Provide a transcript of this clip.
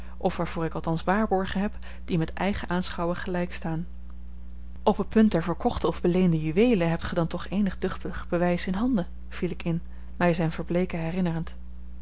of waarvoor ik althans waarborgen heb die met eigen aanschouwen gelijk staan op het punt der verkochte of beleende juweelen hebt gij dan toch zeker eenig duchtig bewijs in handen viel ik in mij zijn verbleeken herinnerend